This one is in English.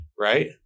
Right